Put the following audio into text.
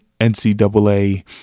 NCAA